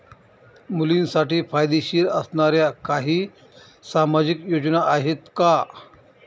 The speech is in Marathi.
मुलींसाठी फायदेशीर असणाऱ्या काही सामाजिक योजना आहेत का?